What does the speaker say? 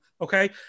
okay